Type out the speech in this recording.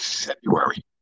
February